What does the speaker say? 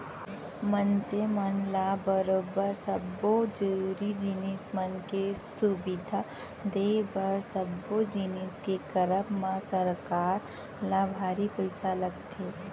मनसे मन ल बरोबर सब्बो जरुरी जिनिस मन के सुबिधा देय बर सब्बो जिनिस के करब म सरकार ल भारी पइसा लगथे